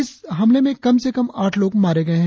इस हमले में कम से कम आठ लोग मारे गये है